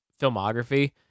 filmography